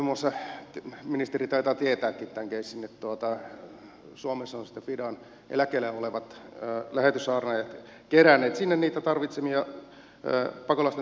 muun muassa ministeri taitaa tietääkin tämän keissin suomessa ovat sitten fidan eläkkeellä olevat lähetyssaarnaajat keränneet sinne niitä pakolaisten tarvitsemia tarvikkeita